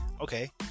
Okay